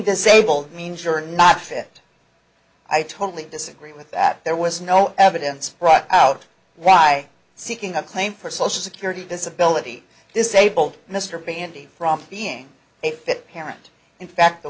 disabled means you're not fit i totally disagree with that there was no evidence brought out why seeking a claim for social security disability disabled mr pandy from being a fit parent in fact the